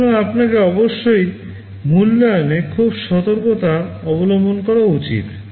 সুতরাং আপনাকে অবশ্যই মূল্যায়নে খুব সতর্কতা অবলম্বন করা উচিত